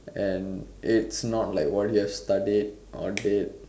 and it's not like what you've studied or did